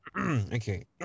Okay